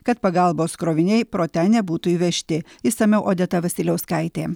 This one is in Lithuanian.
kad pagalbos kroviniai pro ten nebūtų įvežti išsamiau odeta vasiliauskaitė